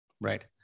Right